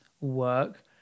work